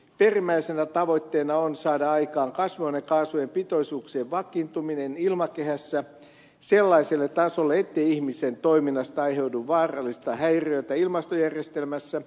perimmäisenä tavoitteena on saada aikaan kasvihuonekaasujen pitoisuuksien vakiintuminen ilmakehässä sellaiselle tasolle ettei ihmisen toiminnasta aiheudu vaarallista häiriötä ilmastojärjestelmässä